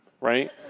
right